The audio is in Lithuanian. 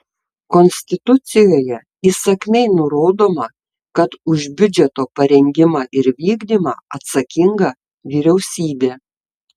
konstitucijoje įsakmiai nurodoma kad už biudžeto parengimą ir vykdymą atsakinga vyriausybė